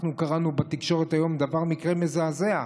אנחנו קראנו בתקשורת היום על מקרה מזעזע,